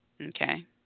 Okay